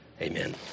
Amen